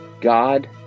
God